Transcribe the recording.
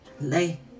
lay